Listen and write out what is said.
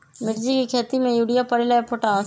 मिर्ची के खेती में यूरिया परेला या पोटाश?